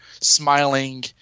smiling